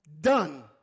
done